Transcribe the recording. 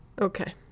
okay